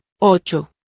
Ocho